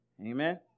Amen